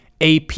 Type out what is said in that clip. AP